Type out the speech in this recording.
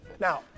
Now